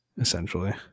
Essentially